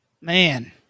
Man